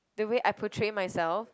the way I portray myself